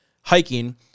hiking